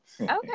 Okay